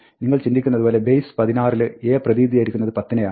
നിങ്ങൾ ചിന്തിക്കുന്നത് പോലെ ബേസ് 16 ൽ A പ്രതിനിധീകരിക്കുന്നത് 10 നെയാണ്